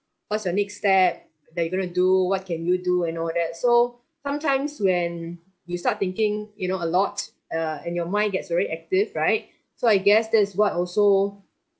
what's your next step that you gonna do what can you do and all that so sometimes when you start thinking you know a lot uh and your mind gets very active right so I guess that's what also